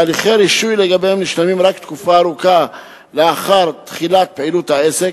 והליכי הרישוי לגביהם נשלמים רק תקופה ארוכה לאחר תחילת פעילות העסק.